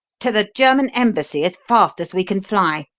to the german embassy as fast as we can fly,